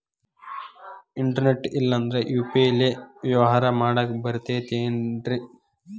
Internet ಇಲ್ಲಂದ್ರ UPI ಲೇ ವ್ಯವಹಾರ ಮಾಡಾಕ ಬರತೈತೇನ್ರೇ?